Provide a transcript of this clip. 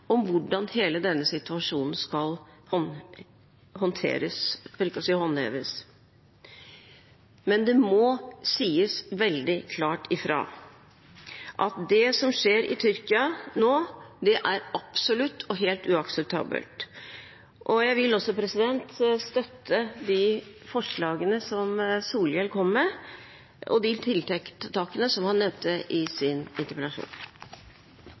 om hvordan hele denne situasjonen skal handteres, for ikke å si håndheves. Men det må sies veldig klart ifra at det som skjer i Tyrkia nå, er absolutt helt uakseptabelt. Jeg vil også støtte de forslagene som Solhjell kom med, og de tiltakene som han nevnte i